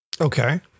Okay